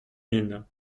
mines